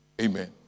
Amen